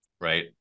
right